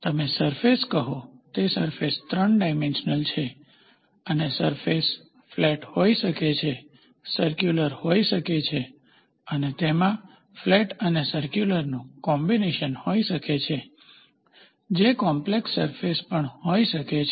તમે સરફેસ કહો તે સરફેસ 3 ડાયમેન્શનલ છે અને સરફેસ ફ્લેટ હોઈ શકે છે સરક્યુલર હોઈ શકે છે અને તેમાં ફ્લેટ અને સરક્યુલરનું કોમ્બીનેશન હોઈ શકે છે જે કોમ્પ્લેક્ષ સરફેસ પણ હોઈ શકે છે